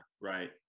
right